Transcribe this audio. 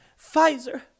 Pfizer